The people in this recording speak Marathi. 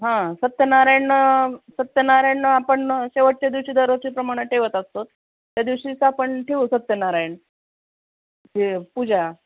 हा सत्यनारायण सत्यनारायण आपण शेवटच्या दिवशी दरवर्षीप्रमाणे ठेवत असतो त्या दिवशीच आपण ठेऊ सत्यनारायण हे पूजा